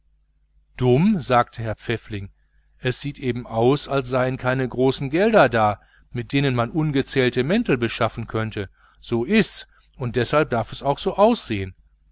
dumm sagte herr pfäffling es sieht eben aus als seien keine großen kapitalien da mit denen man ungezählte mäntel beschaffen könnte so ist's und deshalb darf es auch so aussehen